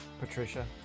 Patricia